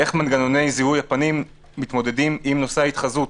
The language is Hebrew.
איך מנגנוני זיהוי הפנים מתמודדים עם נושא ההתחזות.